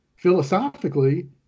Philosophically